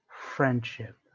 friendship